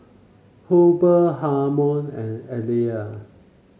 Hubert Harmon and Ellie